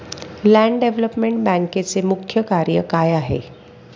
Land development बँकेचे मुख्य कार्य काय आहे?